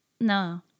no